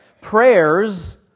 prayers